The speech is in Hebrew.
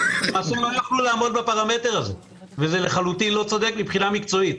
לא יוכלו לעמוד בפרמטר הזה וזה לחלוטין לא צודק מקצועית.